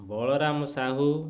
Balaram Sahu